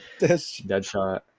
deadshot